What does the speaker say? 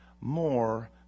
more